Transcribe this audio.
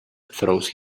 throws